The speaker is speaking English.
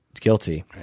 guilty